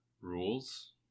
rules